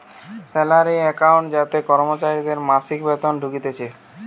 salary account যাতে কর্মচারীদের মাসিক বেতন ঢুকতিছে